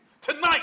tonight